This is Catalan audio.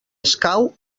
escau